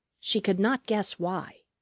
she could not guess why.